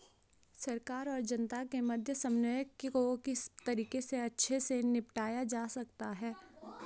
सरकार और जनता के मध्य समन्वय को किस तरीके से अच्छे से निपटाया जा सकता है?